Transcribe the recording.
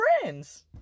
friends